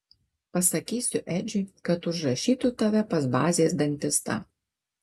pasakysiu edžiui kad užrašytų tave pas bazės dantistą